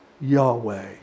Yahweh